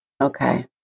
Okay